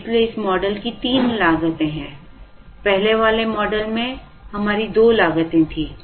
इसलिए इस मॉडल की तीन लागतें हैं पहले वाले मॉडल में हमारी दो लागतें थीं